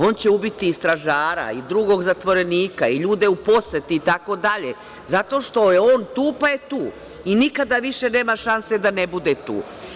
On će ubiti i stražara i drugog zatvorenika, i ljude u poseti itd, zato što je on tu, pa je tu, i nikada više nema šanse da ne bude tu.